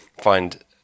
find